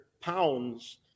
pounds